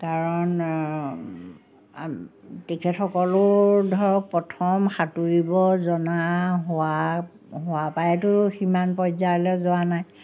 কাৰণ তেখেতসকলো ধৰক প্ৰথম সাঁতোৰিব জনা হোৱা হোৱাৰপৰাইতো সিমান পৰ্যায়লৈ যোৱা নাই